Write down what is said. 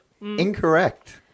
Incorrect